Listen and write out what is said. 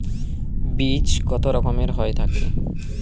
বীজ কত রকমের হয়ে থাকে?